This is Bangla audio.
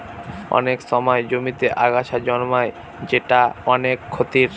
অনেক সময় জমিতে আগাছা জন্মায় যেটা অনেক ক্ষতির